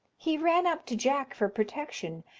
he ran up to jack for protection,